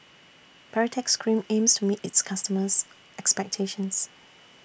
Baritex Cream aims to meet its customers' expectations